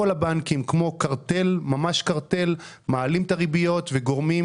כל הבנקים ממש כמו קרטל מעלים את הריביות וגורמים